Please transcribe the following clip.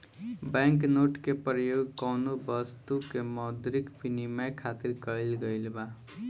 bank note के परयोग कौनो बस्तु के मौद्रिक बिनिमय खातिर कईल गइल बा